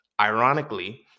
Ironically